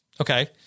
okay